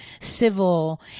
civil